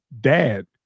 dad